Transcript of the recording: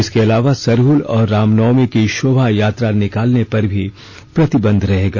इसके अलावा सरहल और रामनवमी की शोभायात्रा निकालने पर भी प्रतिबंध रहेगा